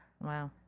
Wow